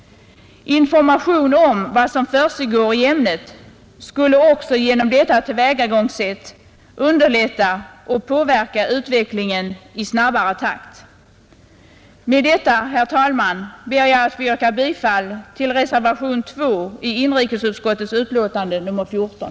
Information om vad som försiggår i ämnet skulle också genom detta tillvägagångssätt underlätta och påverka utvecklingen i snabbare takt. Med detta, herr talman, ber jag att få yrka bifall till reservationen 2 i inrikesutskottets betänkande nr 14.